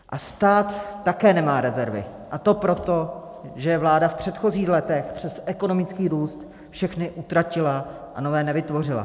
A stát také nemá rezervy, a to proto, že je vláda v předchozích letech přes ekonomický růst všechny utratila a nové nevytvořila.